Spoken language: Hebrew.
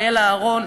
אריאלה אהרון,